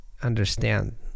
Understand